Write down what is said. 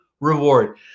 reward